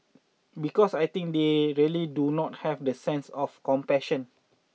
because I think they really do not have that sense of compassion